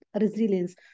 resilience